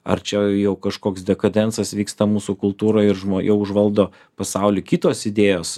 ar čia jau kažkoks dekadensas vyksta mūsų kultūrą ir žmo jau užvaldo pasaulį kitos idėjos